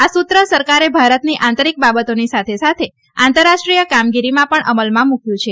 આ સૂત્ર સરકારે ભારતની આંતરિક બાબતોની સાથે સાથે આંતરરાષ્ટ્રીય કામગીરીમાં પણ અમલમાં મુકયું છે